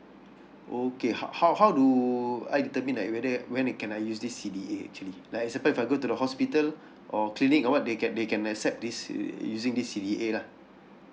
okay how how how do I determine that whether when I can use this C_D_A actually like example if I go to the hospital or clinic or what they can they can accept this uh using this C_D_A lah